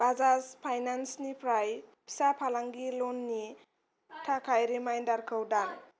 बाजाज फाइनान्सनिफ्राय फिसा फालांगि ल'ननि थाखाय रिमाइन्दारखौ दान